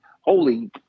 Holy